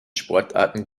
sportarten